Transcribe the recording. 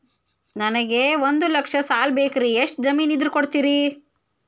ನನಗೆ ಒಂದು ಲಕ್ಷ ಸಾಲ ಬೇಕ್ರಿ ಎಷ್ಟು ಜಮೇನ್ ಇದ್ರ ಕೊಡ್ತೇರಿ?